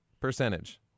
percentage